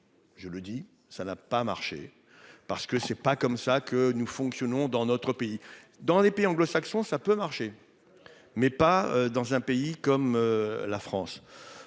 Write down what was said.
Je le dis, ça n'a pas marché parce que c'est pas comme ça que nous fonctionnons dans notre pays dans les pays anglo-saxons, ça peut marcher. Mais pas dans un pays comme la France.